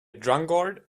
drunkard